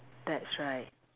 that's right